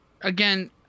again